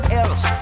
else